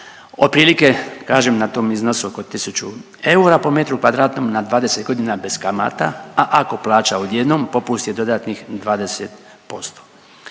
Otprilike kažem na tom iznosu oko 1000 eura po metru kvadratnom na 20 godina bez kamata, a ako plaća odjednom popust je dodatnih 20%.